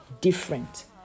different